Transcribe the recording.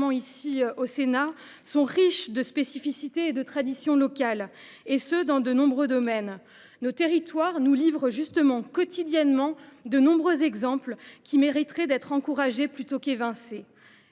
conscience – sont riches de spécificités et de traditions locales, et ce dans de nombreux domaines. Ils nous en livrent quotidiennement de nombreux exemples, qui mériteraient d’être encouragés plutôt qu’évincés.